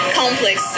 complex